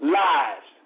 lives